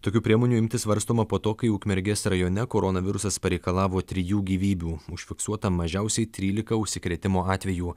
tokių priemonių imtis svarstoma po to kai ukmergės rajone koronavirusas pareikalavo trijų gyvybių užfiksuota mažiausiai trylika užsikrėtimo atvejų